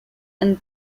and